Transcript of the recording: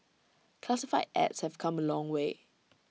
classified ads have come A long way